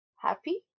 happy